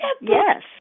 Yes